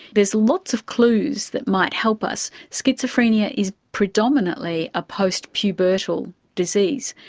there's lots of clues that might help us. schizophrenia is predominantly a post-pubertal disease.